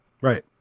Right